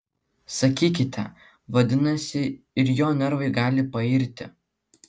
sakykite vadinasi ir jo nervai gali pairti